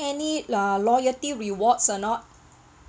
any uh loyalty rewards or not